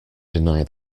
deny